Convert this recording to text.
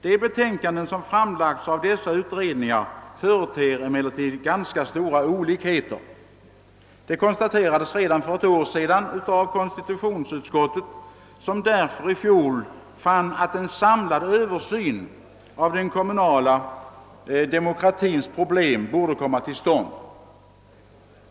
De betänkanden som framlagts av dessa utredningar företer emellertid ganska stora olikheter. Detta konstaterades redan för ett år sedan av konstitutionsutskottet, som då fann att en samlad översyn av den kommunala demokratins problem borde komma till stånd.